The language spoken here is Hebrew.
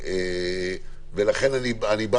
אני אומר